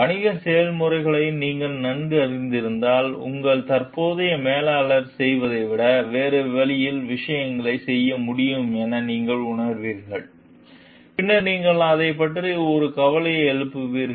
வணிக செயல்முறைகளை நீங்கள் நன்கு அறிந்திருந்தால் உங்கள் தற்போதைய மேலாளர் செய்வதை விட வேறு வழியில் விஷயங்களைச் செய்ய முடியும் என நீங்கள் உணர்கிறீர்கள் பின்னர் நீங்கள் அதைப் பற்றி ஒரு கவலையை எழுப்புவீர்கள்